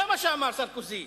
זה מה שאמר סרקוזי.